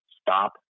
Stop